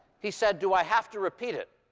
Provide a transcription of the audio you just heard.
he said, do i have to repeat it?